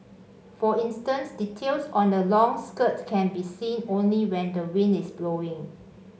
for instance details on a long skirt can be seen only when the wind is blowing